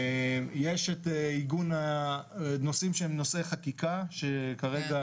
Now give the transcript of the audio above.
יש נושאים שהם נושאי חקיקה שכרגע